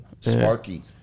sparky